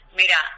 mira